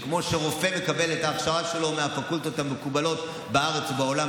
וכמו שרופא מקבל את ההכשרה שלו מהפקולטות המקובלות בארץ ובעולם,